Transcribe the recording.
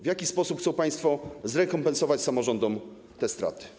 W jaki sposób chcą państwo zrekompensować samorządom te straty?